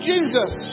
Jesus